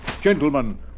Gentlemen